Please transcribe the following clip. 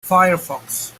firefox